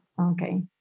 okay